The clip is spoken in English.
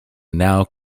now